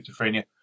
schizophrenia